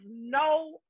no